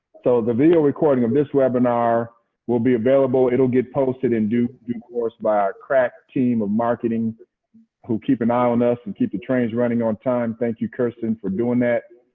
so the video recording of this webinar will be available. it'll get posted in due course by our crack team of marketing who keep an eye on us and keep the trains running on time. thank you, kirsten, for doing that.